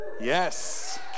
Yes